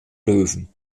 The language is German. löwen